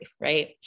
right